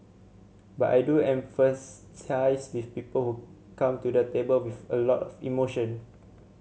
but I do empathise with people come to the table with a lot of emotion